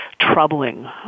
troubling